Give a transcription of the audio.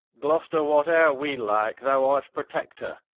gloster, what ere we like, thou art protector,